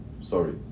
Sorry